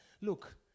look